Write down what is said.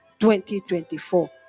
2024